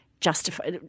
justify